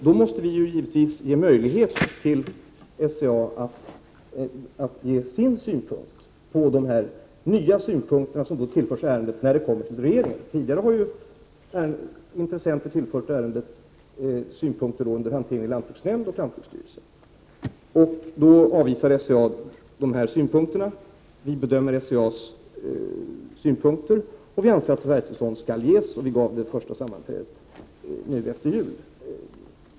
Vi måste då givetvis ge SCA möjlighet att komma med sina synpunkter på de här nya åsikterna som har tillförts ärendet när detta kommer till regeringen. Tidigare har ju intressenter tillfört ärendet synpunkter under hanteringen i lantbruksnämnden och lantbruksstyrelsen. SCA avvisar dessa synpunkter. Vi bedömer sedan SCA:s synpunkter och kommer fram till att vi anser att förvärvstillstånd skall ges. Vi beslutade om det vid det första sammanträdet efter jul.